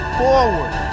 forward